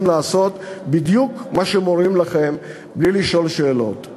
לעשות בדיוק מה שמורים לכם בלי לשאול שאלות.